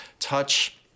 touch